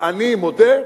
אני מודה,